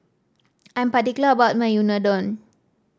I am particular about my Unadon